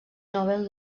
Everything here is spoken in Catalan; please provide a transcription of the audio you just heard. nobel